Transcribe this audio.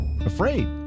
afraid